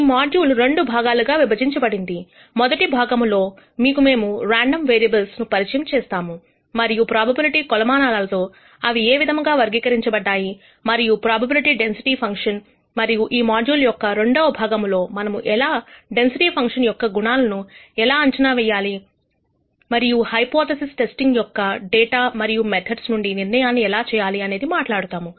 ఈ మాడ్యూల్ రెండు భాగాలుగా విభజించబడింది మొదటి భాగము లో మీకు మేము రాండమ్ వేరియబుల్స్ ను పరిచయం చేస్తాముమరియు ప్రోబబిలిటీ కొలమానాల తో అవి ఏ విధంగా వర్గీకరించబడ్డాయి మరియు ప్రోబబిలిటీ డెన్సిటీ ఫంక్షన్ మరియు ఈ మాడ్యూల్ యొక్క రెండవ భాగంలో మనము ఎలా డెన్సిటీ ఫంక్షన్ యొక్క గుణాలను ఎలా అంచనా వేయాలి మరియు హైపోథిసిస్ టెస్టింగ్ యొక్క డేటా మరియు మెథడ్స్ నుండి నిర్ణయాన్ని ఎలా చేయాలి అనేది మాట్లాడుతాము